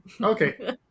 Okay